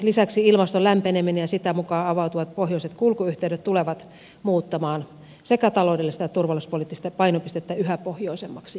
lisäksi ilmaston lämpeneminen ja sitä mukaa avautuvat pohjoiset kulkuyhteydet tulevat muuttamaan sekä taloudellista että turvallisuuspoliittista painopistettä yhä pohjoisemmaksi